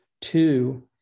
Two